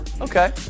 Okay